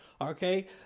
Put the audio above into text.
okay